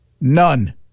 None